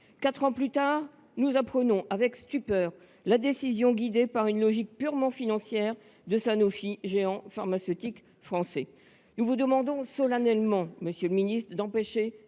Quatre ans plus tard, nous apprenons avec stupeur la décision guidée par une logique purement financière de Sanofi, géant pharmaceutique français. Nous vous demandons solennellement d’empêcher